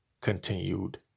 Continued